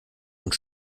und